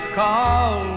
call